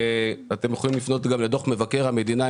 אתם יכולים לפנות גם לדוח מבקר המדינה,